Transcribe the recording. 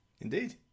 Indeed